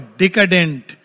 decadent